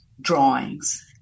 drawings